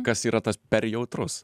kas yra tas per jautrus